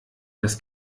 das